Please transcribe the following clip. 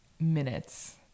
minutes